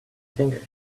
finger